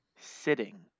sitting